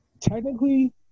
technically